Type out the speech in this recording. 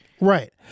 Right